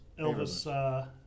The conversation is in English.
Elvis